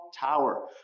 tower